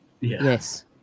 Yes